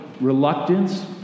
reluctance